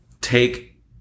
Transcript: take